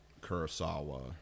Kurosawa